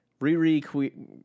Riri